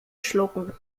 schlucken